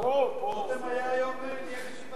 רותם היה היום וניהל בישיבה.